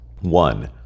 One